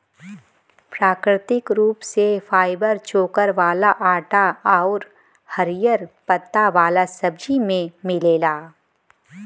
प्राकृतिक रूप से फाइबर चोकर वाला आटा आउर हरिहर पत्ता वाला सब्जी में मिलेला